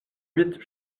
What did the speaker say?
huit